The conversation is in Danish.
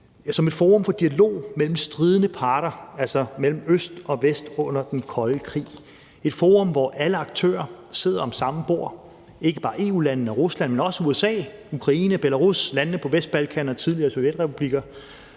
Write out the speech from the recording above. som et forum for dialog mellem stridende parter, altså mellem Øst og Vest under den kolde krig – et forum, hvor alle aktører sidder om samme bord, ikke bare EU-landene og Rusland, men også USA, Ukraine, Belarus, landene på Vestbalkan og tidligere sovjetrepublikker